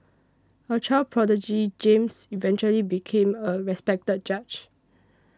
a child prodigy James eventually became a respected judge